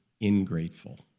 ingrateful